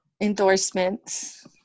Endorsements